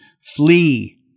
flee